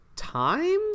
time